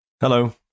Hello